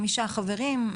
חמישה חברים,